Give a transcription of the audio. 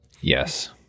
Yes